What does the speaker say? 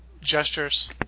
gestures